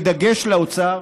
בדגש על האוצר,